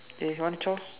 eh come zhao